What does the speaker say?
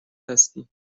هستی